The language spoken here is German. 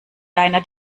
deiner